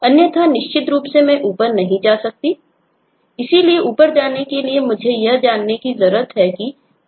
अन्यथा निश्चित रूप से मैं ऊपर नहीं जा सकता इसलिए ऊपर जाने के लिए मुझे यह जानने की जरूरत है कि कौन सी मंजिल है